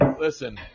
Listen